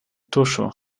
tuŝu